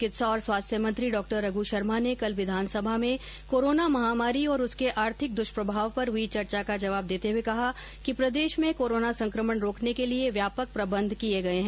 चिकित्सा और स्वास्थ्य मंत्री डॉ रघ्र शर्मा ने कल विधानसभा में कोर्राना महामारी और उसके आर्थिक दृष्प्रभाव पर हई चर्चा का जवाब देते हुए कहा कि प्रदेश में कोराना संक्रमण रोकने के लिए व्यापक प्रबंध किए गए हैं